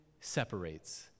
separates